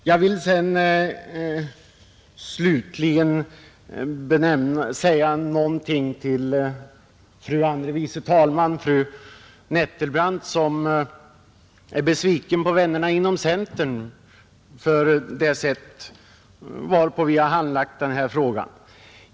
Jag vill slutligen säga några ord till andre vice talmannen fru Nettelbrandt som sade att hon är besviken på vännerna inom centern för det sätt varpå vi har handlagt den här frågan.